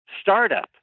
startup